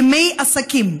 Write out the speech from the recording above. ימי עסקים.